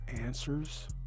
answers